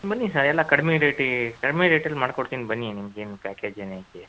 ಬನ್ನಿ ಸರ್ ಎಲ್ಲ ಕಡಿಮೆ ರೇಟೇ ಕಡಿಮೆ ರೇಟಲ್ಲಿ ಮಾಡ್ಕೊಡ್ತೀನಿ ಬನ್ನಿ ನಿಮ್ಗೆ ಏನು ಪ್ಯಾಕೇಜ್ ಏನು ಐತೆ